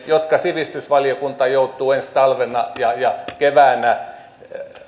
jotka sivistysvaliokunta joutuu ensi talvena ja keväänä